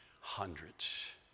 hundreds